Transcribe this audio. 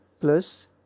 Plus